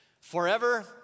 Forever